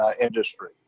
industry